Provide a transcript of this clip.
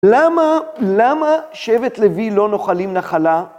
למה, למה שבט לוי לא נוחלים נחלה?